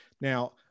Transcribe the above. Now